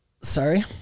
Sorry